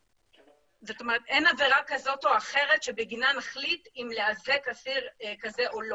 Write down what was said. אין עבירה כזו או אחרת שבגינה נחליט אם לאזוק אסיר כזה או לא.